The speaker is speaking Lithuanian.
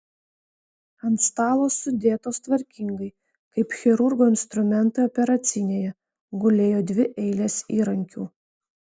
ant stalo sudėtos tvarkingai kaip chirurgo instrumentai operacinėje gulėjo dvi eilės įrankių